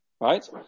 Right